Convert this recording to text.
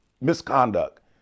misconduct